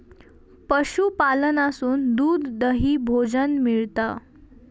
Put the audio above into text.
पशूपालनासून दूध, दही, भोजन मिळता